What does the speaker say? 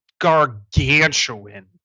gargantuan